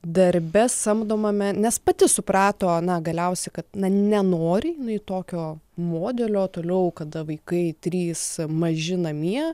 darbe samdomame nes pati suprato na galiausiai kad na nenori jinai tokio modelio toliau kada vaikai trys maži namie